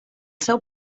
seu